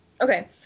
Okay